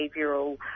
behavioural